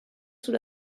sous